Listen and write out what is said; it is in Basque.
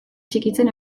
txikitzen